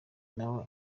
nawe